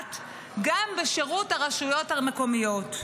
מופחת גם בשירות הרשויות המקומיות.